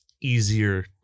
easier